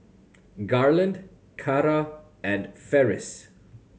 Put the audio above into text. Garland Carra and Ferris